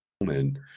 moment